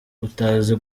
utazi